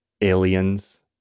aliens